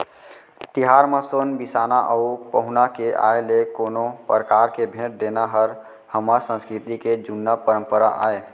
तिहार म सोन बिसाना अउ पहुना के आय ले कोनो परकार के भेंट देना हर हमर संस्कृति के जुन्ना परपंरा आय